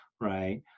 right